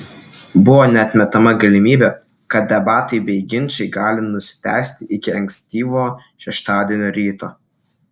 buvo neatmetama galimybė kad debatai bei ginčai gali nusitęsti iki ankstyvo šeštadienio ryto